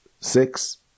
six